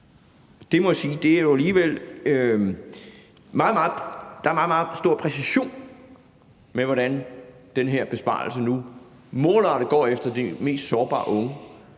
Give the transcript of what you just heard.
der kan hjælpe de unge. Jeg må sige, at der er meget, meget stor præcision i, hvordan den her besparelse nu målrettet går efter de mest sårbare unge.